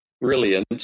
brilliant